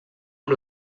amb